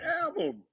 album